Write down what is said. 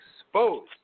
exposed